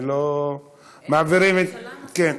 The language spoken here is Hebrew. מעבירים, הממשלה,